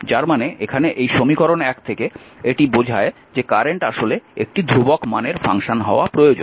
যার মানে এখানে এই সমীকরণ 1 থেকে এটি বোঝায় যে কারেন্ট আসলে একটি ধ্রুবক মানের ফাংশন হওয়া প্রয়োজন